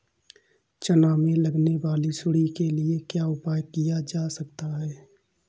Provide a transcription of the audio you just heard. चना में लगने वाली सुंडी के लिए क्या उपाय किया जा सकता है?